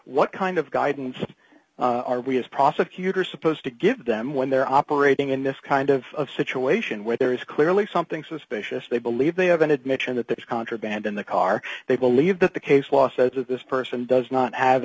what kind of guidance are we as prosecutors supposed to give them when they're operating in this kind of situation where there is clearly something suspicious they believe they have an admission that that is contraband in the car they believe that the case law says that this person does not have